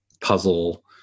puzzle